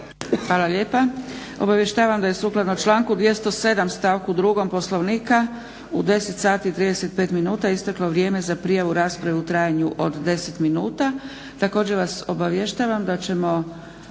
Hvala lijepa. Obavještavam da je sukladno članku 207.stavku 2. Poslovnika u 10,35 isteklo vrijeme za prijavu rasprave u trajanju od 10 minuta. Također vas obavještavam da ćemo